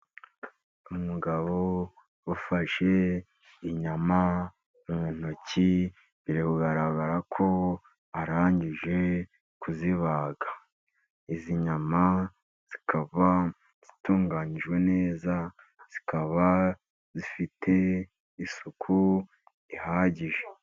Umugabo ufashe inyama mu ntoki. Biri kugaragara ko arangije kuzibaga. Izi nyama zikaba zitunganyijwe neza, zikaba zifite isuku ihagije.